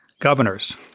Governors